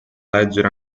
leggere